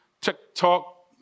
TikTok